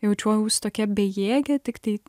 jaučiaus tokia bejėgė tiktai